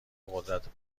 قدرت